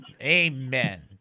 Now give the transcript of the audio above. Amen